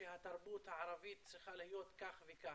שהתרבות הערבית צריכה להיות כך וכך,